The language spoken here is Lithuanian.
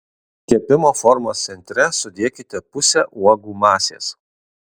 kepimo formos centre sudėkite pusę uogų masės